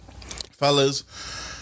Fellas